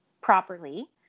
properly